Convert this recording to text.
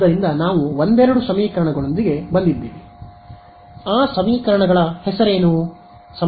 ಆದ್ದರಿಂದ ನಾವು ಒಂದೆರಡು ಸಮೀಕರಣಗಳೊಂದಿಗೆ ಬಂದಿದ್ದೇವೆ ಆ ಸಮೀಕರಣಗಳ ಹೆಸರು